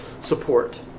support